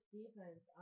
defense